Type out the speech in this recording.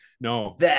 no